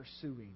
pursuing